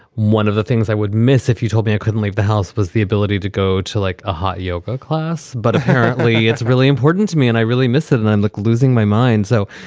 one of the things i would miss if you told me i couldn't leave the house was the ability to go to like a hot yoga class. but apparently it's really important to me and i really miss it and i'm like losing my mind. so,